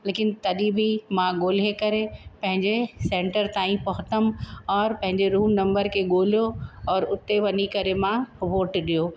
लेकिनि तॾहिं बि मां ॻोल्हे करे पंहिंजे सेंटर ताईं पहुतमि और पंहिंजे रूम नंबर खे ॻोल्हियो और हुते वञी करे मां वोट ॾियो